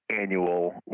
annual